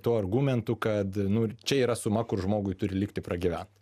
tuo argumentu kad nu čia yra suma kur žmogui turi likti pragyvent